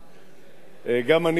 גם אני רוצה לאחל לך,